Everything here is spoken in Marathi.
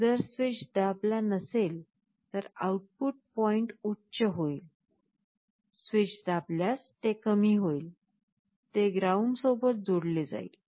जर स्विच दाबला नसेल तर आउटपुट पॉईंट उच्च होईल स्विच दाबल्यास ते कमी होईल ते ग्राउंड सोबत जोडले जाईल